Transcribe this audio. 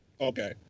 Okay